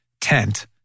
tent